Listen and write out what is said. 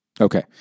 Okay